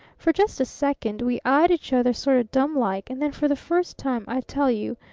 for just a second we eyed each other sort of dumb-like, and then for the first time, i tell you,